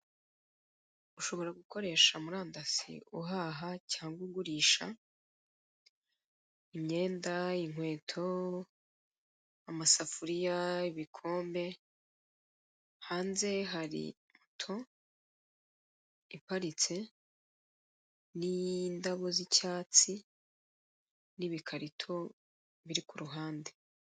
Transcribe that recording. Ushobora gukoresha murandasi uhaha cyangwa ugurisha, imyenda inkweto amabafuriya ibikombe, hanze hari moto iparitse n'indabo z'icyatsi n'ibikarito biri kuruhande.